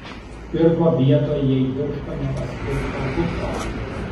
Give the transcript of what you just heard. pirko vietoj jai birštone paskirto buto